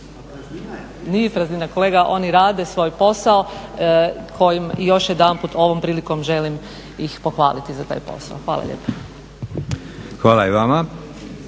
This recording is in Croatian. Nije praznina kolega, oni rade svoj posao kojim još jedanput ovom prilikom želim ih pohvaliti za taj posao. Hvala lijepa. **Leko, Josip